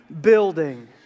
building